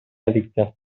edicte